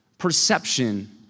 perception